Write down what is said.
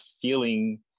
feeling